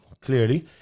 clearly